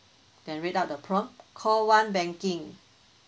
then read out the prompt call one banking